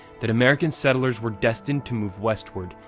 that american settlers were destined to move westward,